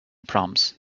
proms